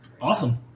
Awesome